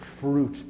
fruit